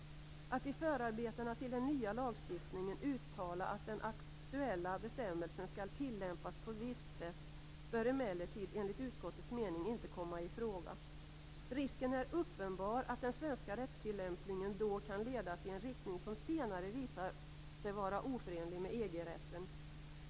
Att i förarbetena till den nya lagstiftningen uttala att den aktuella bestämmelsen skall tillämpas på visst sätt bör emellertid enligt utskottets mening inte komma i fråga. Risken är uppenbar att den svenska rättstillämpningen då kan leda i en riktning som senare visar sig vara oförenlig med EG rätten.